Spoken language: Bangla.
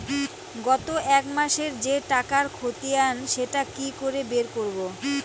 গত এক মাসের যে টাকার খতিয়ান সেটা কি করে বের করব?